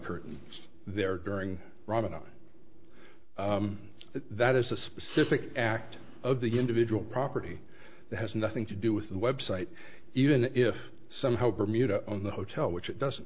curtains there during ramadan that is a specific act of the individual property that has nothing to do with the website even if somehow bermuda on the hotel which it does